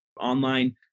online